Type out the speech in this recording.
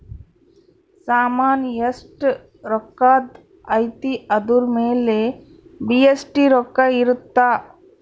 ಸಾಮನ್ ಎಸ್ಟ ರೊಕ್ಕಧ್ ಅಯ್ತಿ ಅದುರ್ ಮೇಲೆ ಜಿ.ಎಸ್.ಟಿ ರೊಕ್ಕ ಇರುತ್ತ